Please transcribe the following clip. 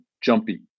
jumpy